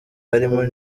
harimo